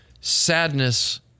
Sadness